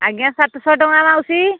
ଆଜ୍ଞା ସାତଶହ ଟଙ୍କା ମାଉସୀ